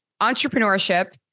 entrepreneurship